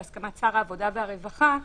בהסכמת שר העבודה והרווחה,